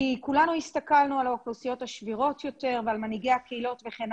כולנו הסתכלנו על האוכלוסיות השבירות יותר ועל מנהיגי הקהילות וכן